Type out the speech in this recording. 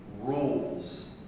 rules